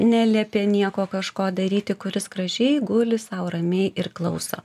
neliepia nieko kažko daryti kuris gražiai guli sau ramiai ir klauso